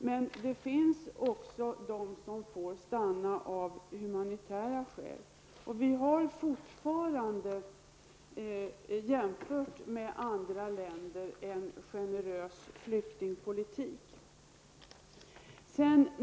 Men det finns också personer som får stanna av humanitära skäl. Jämfört med andra länder har Sverige fortfarande en generös flyktingpolitik.